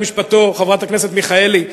חברת הכנסת מיכאלי,